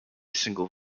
single